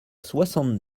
soixante